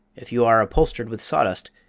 if you are upholstered with sawdust,